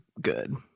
good